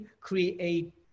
create